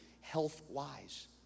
health-wise